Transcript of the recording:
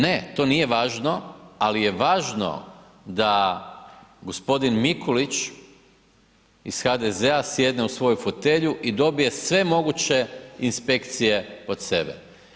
Ne, to nije važno, ali je važno da g. Mikulić iz HDZ-a sjedne u svoju fotelju i dobije sve moguće inspekcije pod sebe.